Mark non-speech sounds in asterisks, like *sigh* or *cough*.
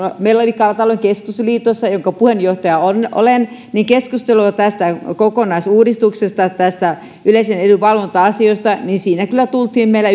meillä oli kalatalouden keskusliitossa jonka puheenjohtaja olen keskustelua tästä kokonaisuudistuksesta näistä yleisen edun valvonta asioista ja siinä kyllä tultiin meillä *unintelligible*